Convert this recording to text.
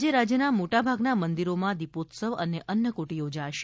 આજે રાજ્યના મોટા ભાગના મંદિરોમાં દિપોત્સવ અને અન્નક્ટ યોજાશે